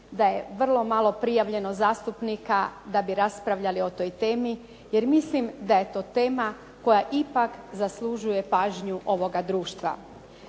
da je vrlo malo prijavljeno zastupnika da bi raspravljali o toj temi jer mislim da je to tema koja ipak zaslužuje pažnju ovoga društva.